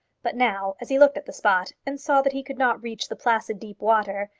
but now, as he looked at the spot, and saw that he could not reach the placid deep water,